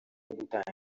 gutanga